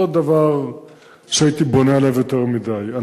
לא דבר שהייתי בונה עליו יותר מדי.